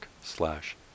slash